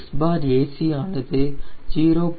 Xac ஆனது 0